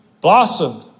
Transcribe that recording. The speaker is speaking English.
blossomed